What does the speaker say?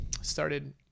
started